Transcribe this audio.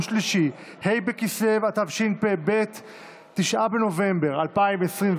בעד, 12,